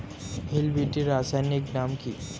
Hill BT রাসায়নিক নাম কি?